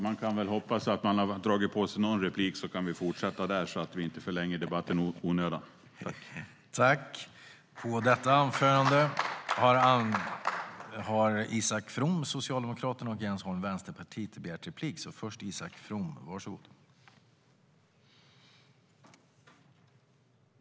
Jag hoppas att jag har dragit på mig någon replik så att vi kan fortsätta där utan att förlänga debatten i onödan.